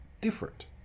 different